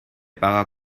paga